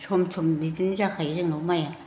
सम सम बिदिनो जाखायो जोंनाव माइया